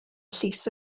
llys